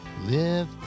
live